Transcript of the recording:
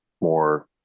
more